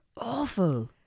awful